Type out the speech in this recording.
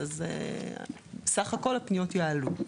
סך כל הפניות יעלו.